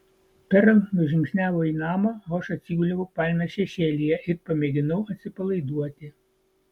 perl nužingsniavo į namą o aš atsiguliau palmės šešėlyje ir pamėginau atsipalaiduoti